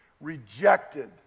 rejected